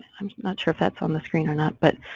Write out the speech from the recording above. i'm not sure if that's on the screen or not but.